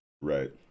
Right